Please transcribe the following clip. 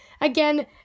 Again